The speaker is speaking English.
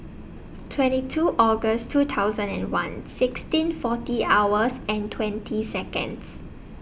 twenty two August two thousand and one sixteen forty hours and twenty Seconds